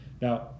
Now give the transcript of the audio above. Now